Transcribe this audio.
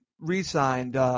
re-signed